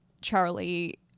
Charlie